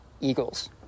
eagles